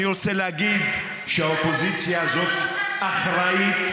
אני רוצה להגיד שהאופוזיציה הזאת אחראית.